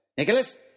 Nicholas